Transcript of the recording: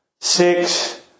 Six